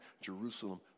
Jerusalem